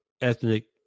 ethnic